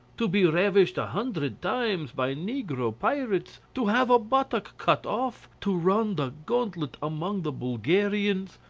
to be ravished a hundred times by negro pirates, to have a buttock cut off, to run the gauntlet among the bulgarians,